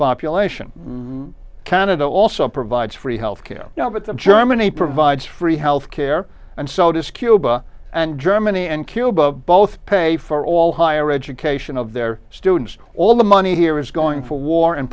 population canada also provides free health care now but the germany provides free health care and so does cuba and germany and cuba both pay for all higher education of their students all the money here is going for war and